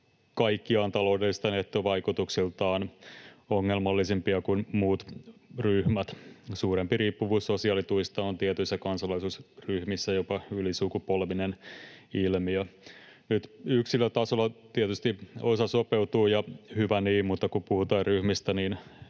kaikkiaan taloudellisilta nettovaikutuksiltaan ongelmallisempia kuin muut ryhmät. Suurempi riippuvuus sosiaalituista on tietyissä kansalaisuusryhmissä jopa ylisukupolvinen ilmiö. Yksilötasolla tietysti osa sopeutuu, ja hyvä niin, mutta kun puhutaan ryhmistä,